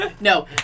no